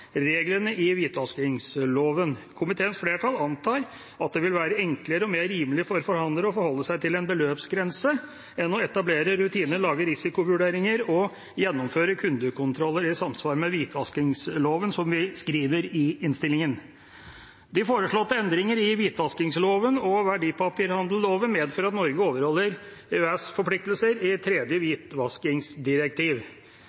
reglene i hvitvaskingsloven. Komiteens flertall antar at det vil være enklere og mer rimelig for forhandlere å forholde seg til en beløpsgrense enn å etablere rutiner, lage risikovurderinger og gjennomføre kundekontroller i samsvar med hvitvaskingsloven, som vi skriver i innstillingen. De foreslåtte endringene i hvitvaskingsloven og verdipapirhandelloven medfører at Norge overholder EØS-forpliktelser i tredje